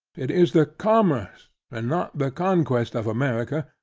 it is the commerce and not the conquest of america,